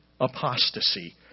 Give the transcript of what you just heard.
apostasy